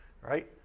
right